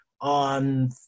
on